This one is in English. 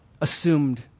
assumed